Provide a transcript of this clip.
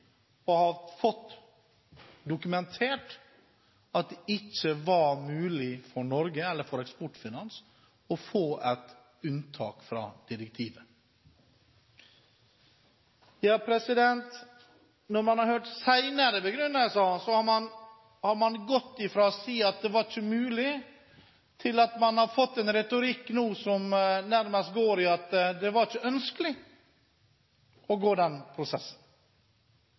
å ha fått dokumentert at det ikke var mulig for Norge eller for Eksportfinans å få et unntak fra direktivet. Når man har hørt senere begrunnelser, har man der gått fra å si at det ikke var mulig, til at man har fått en retorikk nå som nærmest går på at det ikke var ønskelig å ha den prosessen.